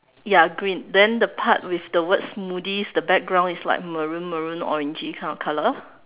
ya green then the part with the word smoothies the background is like maroon maroon orangey kind of colour